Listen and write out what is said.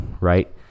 right